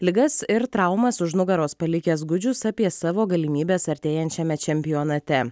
ligas ir traumas už nugaros palikęs gudžius apie savo galimybes artėjančiame čempionate